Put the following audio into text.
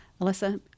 Alyssa